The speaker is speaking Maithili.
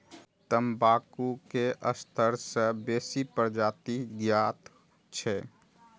तंबाकू के सत्तर सं बेसी प्रजाति ज्ञात छै